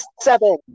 Seven